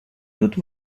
toute